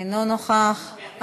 אינו נוכח.